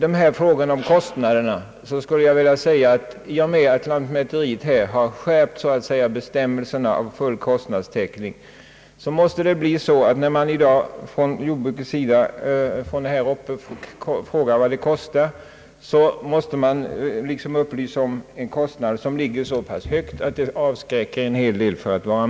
I fråga om kostnaderna skulle jag vilja säga att i och med att lantmäteriet har skärpt bestämmelserna om kostnadstäckning kan det hända att en del jordbruksägare blir avskräckta från att delta i skiftesverksamheten när de får höra hur höga kostnader man får ikläda sig.